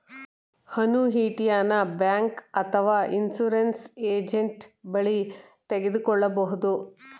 ಅನುಯಿಟಿಯನ bank ಅಥವಾ insurance agent ಬಳಿ ತೆಗೆದುಕೊಳ್ಳಬಹುದು